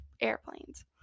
airplanes